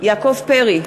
יעקב פרי,